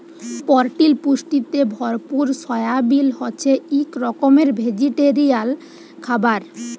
পরটিল পুষ্টিতে ভরপুর সয়াবিল হছে ইক রকমের ভেজিটেরিয়াল খাবার